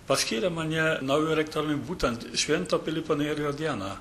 paskyrė mane nauju rektoriumi būtent švento pilypo nėrio dieną